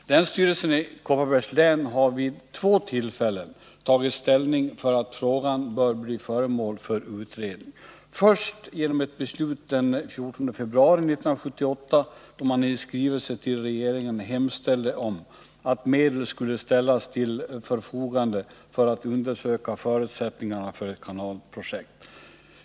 Länsstyrelsen i Kopparbergs län har vid två tillfällen tagit ställning för att frågan bör bli föremål för utredning. Det första beslutet fattades den 14 februari 1978, då man i skrivelse till regeringen hemställde om att medel skulle ställas till förfogande för att undersöka förutsättningarna för ett kanalprojekt.